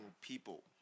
people